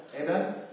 Amen